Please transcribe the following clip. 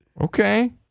Okay